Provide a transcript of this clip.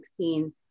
2016